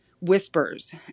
whispers